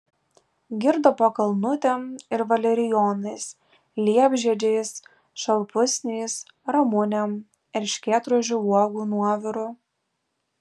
girdo pakalnutėm ir valerijonais liepžiedžiais šalpusniais ramunėm erškėtrožių uogų nuoviru